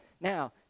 now